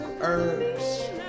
herbs